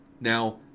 Now